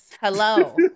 Hello